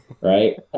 Right